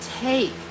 take